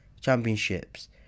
championships